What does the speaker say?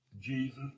Jesus